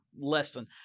lesson